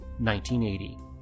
1980